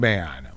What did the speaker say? Man